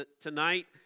tonight